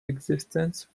existence